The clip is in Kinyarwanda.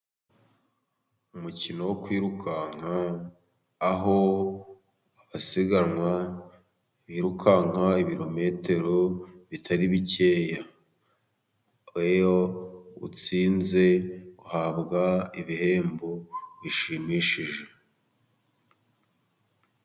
Umukino wo kwirukanka aho abasiganwa, birukanka ibirometero bitari bikeya .Iyo utsinze uhabwa ibihembo bishimishije.